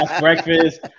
breakfast